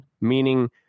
meaning